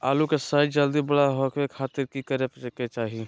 आलू के साइज जल्दी बड़ा होबे खातिर की करे के चाही?